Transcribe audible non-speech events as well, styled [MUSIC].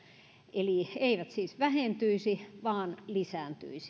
eli eivät siis vähentyisi vaan lisääntyisivät [UNINTELLIGIBLE]